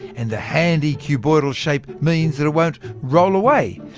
and the handy cuboidal shape means that it won't roll away.